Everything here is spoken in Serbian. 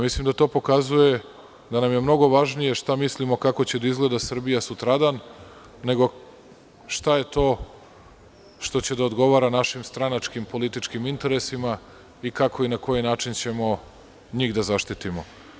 To pokazuje da nam je mnogo važnije šta mislimo kako će da izgleda Srbija sutradan, nego šta je to što će da odgovara našim stranačkim, političkim interesima i kako i na koji ćemo njih da zaštitimo.